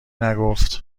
نگفت